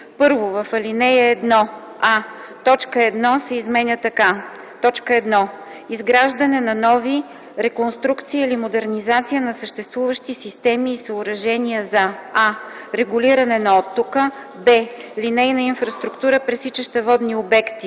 1. В ал. 1: а) точка 1 се изменя така: „1. изграждане на нови, реконструкция или модернизация на съществуващи системи и съоръжения за: а) регулиране на оттока; б) линейна инфраструктура, пресичаща водни обекти